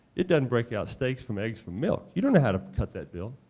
it doesn't break out steaks from eggs from milk. you don't know how to cut that bill.